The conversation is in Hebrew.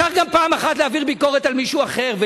מותר גם פעם אחת להעביר ביקורת על מישהו אחר,